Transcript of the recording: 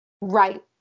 Right